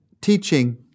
teaching